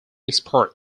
expert